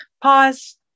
pause